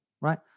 right